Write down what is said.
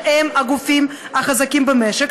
שהם הגופים החזקים במשק,